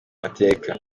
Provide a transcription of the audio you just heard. mateka